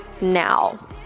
now